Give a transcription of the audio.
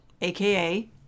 AKA